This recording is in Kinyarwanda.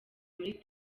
muri